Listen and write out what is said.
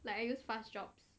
like I use fast jobs